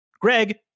Greg